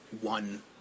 One